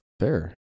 fair